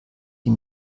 die